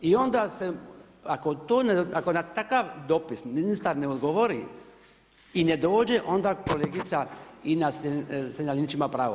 I onda se ako na takav dopis ministar ne odgovori i ne dođe onda kolegica Ines Strenja-Linić ima pravo.